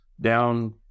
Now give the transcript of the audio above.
down